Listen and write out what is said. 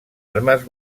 armes